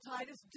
Titus